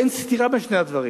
אין סתירה בין שני הדברים.